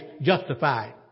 justified